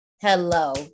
hello